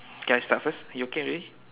can I start first you okay already